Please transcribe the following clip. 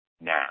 now